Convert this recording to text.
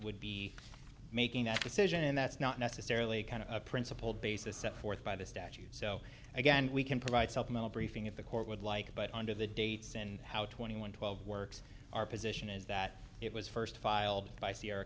would be making a decision that's not necessarily kind of a principled basis set forth by the statute so again we can provide supplemental briefing if the court would like it but under the dates and how twenty one twelve works our position is that it was first filed by sierra